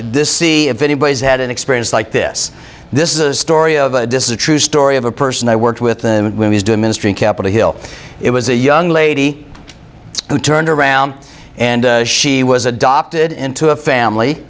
this see if anybody's had an experience like this this is a story of a disapproved story of a person i worked with him when he's doing ministry capitol hill it was a young lady who turned around and she was adopted into a family